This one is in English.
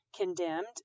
condemned